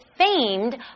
famed